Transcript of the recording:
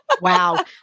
Wow